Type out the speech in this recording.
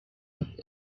and